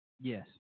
Yes